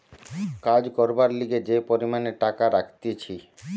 কাজ করবার লিগে যে পরিমাণে টাকা রাখতিছে